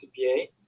CPA